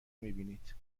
میبینید